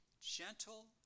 gentle